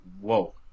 whoa